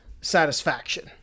satisfaction